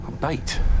Bait